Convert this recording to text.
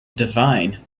divine